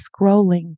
scrolling